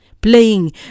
Playing